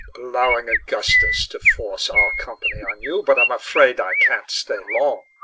allowing augustus to force our company on you, but i'm afraid i can't stay long.